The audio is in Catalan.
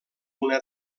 una